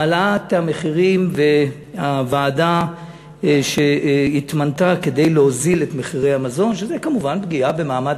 העלאת המחירים, שזה כמובן פגיעה במעמד